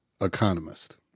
economist